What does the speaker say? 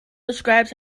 describes